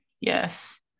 yes